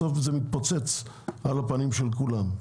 בסוף זה מתפוצץ בפנים של כולם,